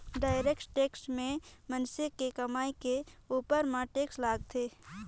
direct tax में मइनसे के कमई के उपर म टेक्स लगथे